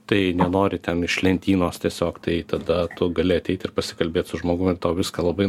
tai nenori ten iš lentynos tiesiog tai tada tu gali ateit ir pasikalbėt su žmogum ir tau viską labai